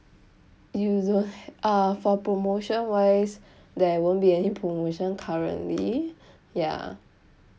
usual~ uh for promotion wise there won't be any promotion currently ya